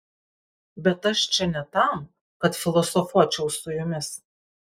bet aš čia ne tam kad filosofuočiau su jumis